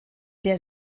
der